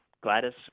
Gladys